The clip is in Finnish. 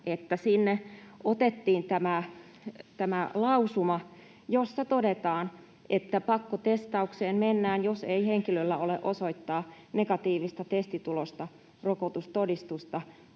sinne otettiin tämä lausuma, jossa todetaan, että pakkotestaukseen mennään, jos ei henkilöllä ole osoittaa negatiivista testitulosta, rokotustodistusta